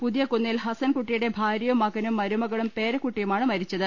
പുതിയകുന്നേൽ ഹസൻകുട്ടിയുടെ ഭാര്യയും മകനും മരുമകളും പേരക്കു ട്ടികളുമാണ് മരിച്ചത്